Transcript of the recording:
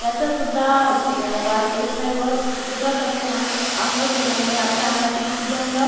याचासुद्धा सुग् वास येत नाही व डेटॉल साबणाने आंगोल आंघोळ केल्यामुळे आपल्या अंगातील सुगंध